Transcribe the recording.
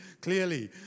clearly